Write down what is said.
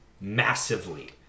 Massively